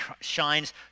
shines